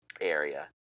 area